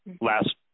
last